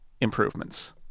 improvements